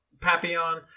papillon